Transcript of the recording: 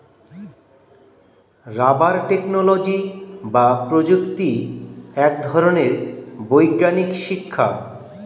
rubber technology বা প্রযুক্তি এক ধরনের বৈজ্ঞানিক শিক্ষা